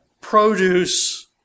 produce